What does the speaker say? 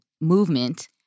movement